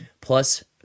plus